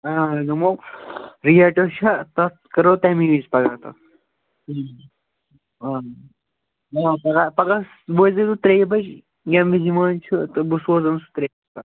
آ دوٚپمو ریٹ حظ چھےٚ تَتھ کرو تَمی وِزِ پگاہ تَتھ پگاہ پگاہ وٲتۍزِ ژٕ ترٛیٚیہِ بَجہِ ییٚمہِ وِزِ یِوان چھُ تہٕ بہٕ سوزَن سُہ